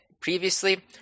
previously